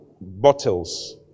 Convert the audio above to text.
bottles